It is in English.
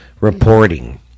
reporting